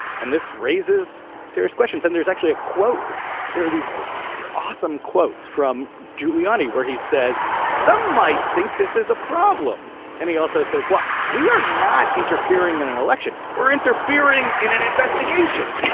and this raises serious questions and there is actually a quote there are these awesome quotes from giuliani where he says some might think this is a problem and he also says well we are not interfering in an election or interfering in an investigation.